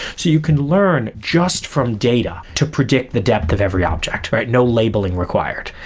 so you can learn just from data to predict the depth of every object, right? no labeling required.